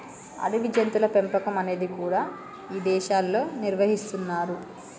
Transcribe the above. అడవి జంతువుల పెంపకం అనేది కూడా ఇదేశాల్లో నిర్వహిస్తున్నరు